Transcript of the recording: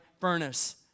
furnace